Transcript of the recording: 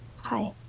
Hi